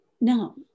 Now